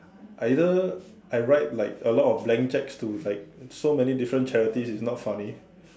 I either I write like a lot of blank cheques to like so many different charities it's not funny